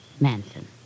Manson